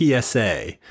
PSA